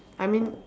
I mean